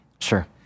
Sure